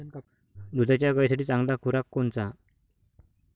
दुधाच्या गायीसाठी चांगला खुराक कोनचा?